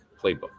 playbook